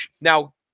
Now